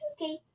okay